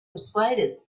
persuaded